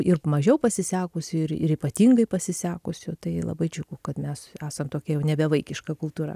ir mažiau pasisekusių ir ir ypatingai pasisekusių tai labai džiugu kad mes esam tokia jau nebevaikiška kultūra